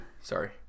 Sorry